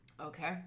Okay